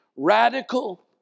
radical